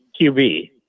QB